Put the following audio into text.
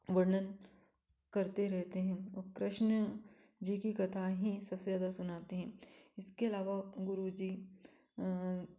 वर्णन करते रहते हैं कृष्ण जी की कथाएँ ही सबसे ज़्यादा सुनते हैं इसके अलावा गुरुजी